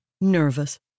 nervous